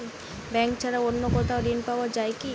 Bank ছাড়া অন্য কোথাও ঋণ পাওয়া যায় কি?